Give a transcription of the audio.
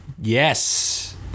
Yes